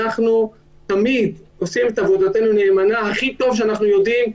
אנחנו תמיד עושים את עבודתנו נאמנה הכי טוב שאנחנו יודעים.